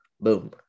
boom